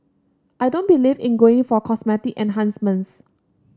I don't believe in going for cosmetic enhancements